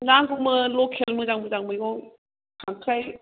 नांगौमोन लकेल मोजां मोजां मैगं खांख्राइ